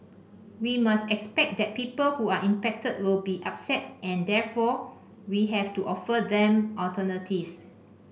we must expect that people who are impacted will be upset and therefore we have to offer them alternatives